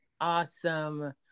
Awesome